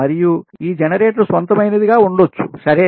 మరియు ఈ జెనరేటర్ స్వంతమైనదిగా ఉండొచ్చు సరే